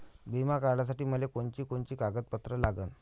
बिमा काढासाठी मले कोनची कोनची कागदपत्र लागन?